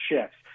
shifts